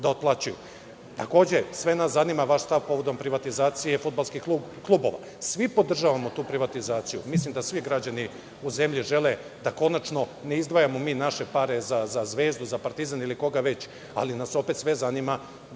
sve nas zanima vaš stav povodom privatizacije fudbalskih klubova. Svi podržavamo tu privatizaciju. Mislim da svi građani u zemlji žele da konačno ne izdvajamo mi naše pare za Zvezdu, za Partizan ili koga već, ali nas opet sve zanima